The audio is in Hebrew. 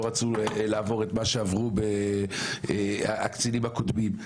רצו לעבור את מה שעברו הקצינים הקודמים.